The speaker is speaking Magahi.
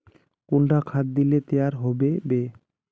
कुंडा खाद दिले तैयार होबे बे?